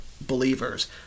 believers